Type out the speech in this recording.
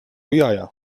jaja